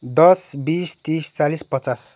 दस बिस तिस चालिस पचास